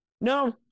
No